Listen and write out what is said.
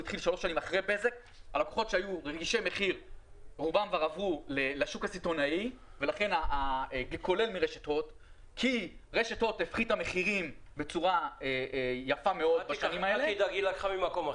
היא לקחה ממקום אחר.